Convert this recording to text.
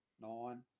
nine